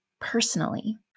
personally